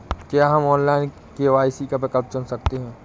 क्या हम online KYC का विकल्प चुन सकते हैं?